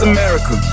America